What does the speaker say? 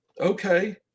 okay